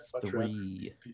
three